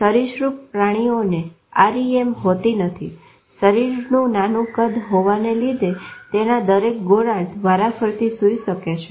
સરીસૃપ પ્રાણીઓને REM હોતી નથી શરીરનું નાનું કદ હોવાને લીધે તેના દરેક ગોળાર્ધ વારાફરતી સુઈ શકે છે